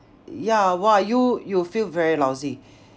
ya !wah! you you'll feel very lousy